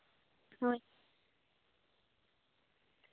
ᱦᱳᱭ